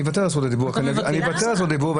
אני מוותר על זכות הדיבור --- אתה מוותר?